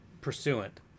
pursuant